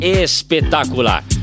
espetacular